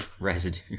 Residue